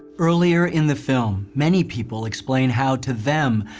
earlier in the film, many people explain how, to them,